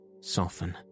soften